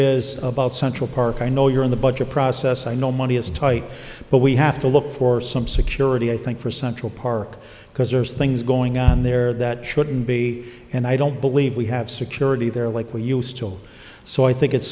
is about central park i know you're in the budget process i know money is tight but we have to look for some security i think for central park because there's things going on there that shouldn't be and i don't believe we have security there like we used to so i think it's